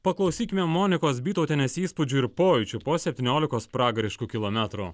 paklausykime monikos bytautienės įspūdžių ir pojūčių po septyniolikos pragariškų kilometrų